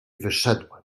wyszedłem